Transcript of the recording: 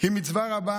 היא מצווה רבה,